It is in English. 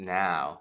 now